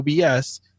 OBS